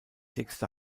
texte